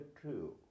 true